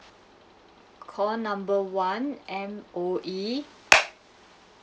call number one M_O_E